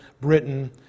Britain